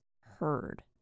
heard